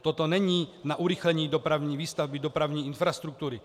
Toto není na urychlení dopravní výstavby, dopravní infrastruktury.